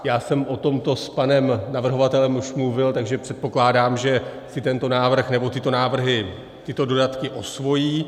Já jsem o tomto s panem navrhovatelem už mluvil, takže předpokládám, že si tento návrh, nebo tyto návrhy, tyto dodatky, osvojí.